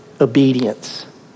Obedience